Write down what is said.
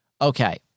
Okay